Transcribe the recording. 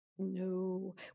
No